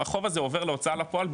החוב הזה עובר להוצאה לפועל,